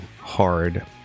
hard